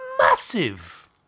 massive